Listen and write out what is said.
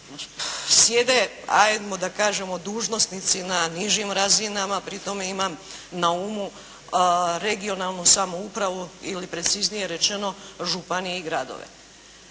sjede ajmo da kažemo dužnosnici na nižim razinama, pri tome imam na umu regionalnu samoupravu ili preciznije rečeno županije i gradove.